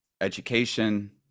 education